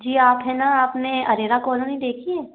जी आप है न आपने अरेना कॉलोनी देखी है